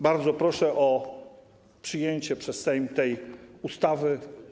Bardzo proszę o przyjęcie przez Sejm tej ustawy.